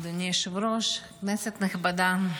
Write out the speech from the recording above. אדוני היושב-ראש, כנסת נכבדה,